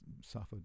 suffered